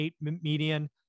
median